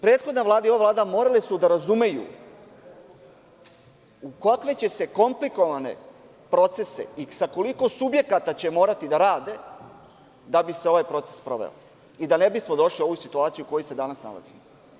Prethodna Vlada i ova Vlada morale su da razumeju komplikovane procese i sa koliko subjekata će morati da rade da bi se ovaj proces sproveo i da ne bismo došli u ovu situaciju u kojoj se sada nalazimo.